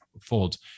folds